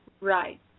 Right